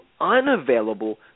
unavailable